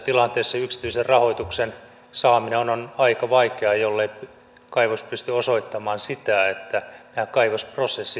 tässä tilanteessa yksityisen rahoituksen saaminen on aika vaikeaa jollei kaivos pysty osoittamaan että nämä kaivosprosessit toimivat